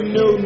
no